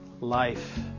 life